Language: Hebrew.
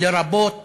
לרבות